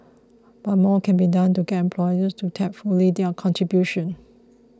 but more can be done to get employers to tap fully their contribution